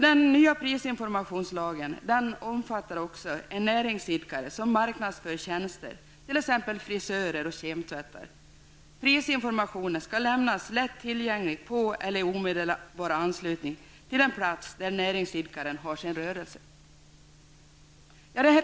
Den nya prisinformationslagen omfattar också när en näringsidkare marknadsför tjänster, t.ex. frisörer och kemtvättar. Prisinformationen skall lämnas lätt tillgänglig på eller i omedelbar anslutning till den plats där näringsidkaren har sin rörelse.